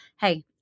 Hey